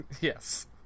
Yes